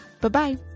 Bye-bye